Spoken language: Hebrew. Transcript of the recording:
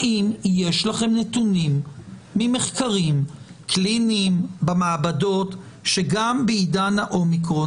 האם יש לכם נתונים ממחקרים קליניים במעבדות שגם בעידן ה-אומיקרון